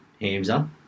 Hamza